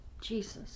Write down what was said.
Jesus